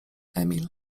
emil